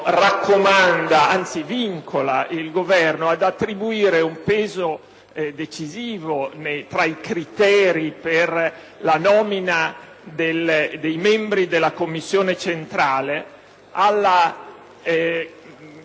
raccomanda, anzi vincola il Governo ad attribuire un peso decisivo, tra i criteri per la nomina dei membri della commissione centrale, a quello